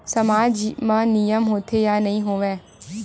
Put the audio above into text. सामाज मा नियम होथे या नहीं हो वाए?